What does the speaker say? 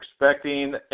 expecting